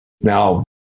Now